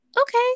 okay